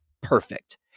perfect